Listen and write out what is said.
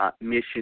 mission